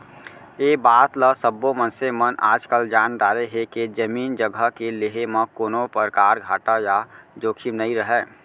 ए बात ल सब्बो मनसे मन आजकाल जान डारे हें के जमीन जघा के लेहे म कोनों परकार घाटा या जोखिम नइ रहय